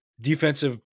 defensive